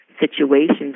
situations